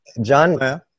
John